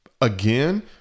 Again